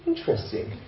Interesting